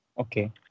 Okay